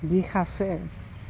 দিশ আছে